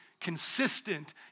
consistent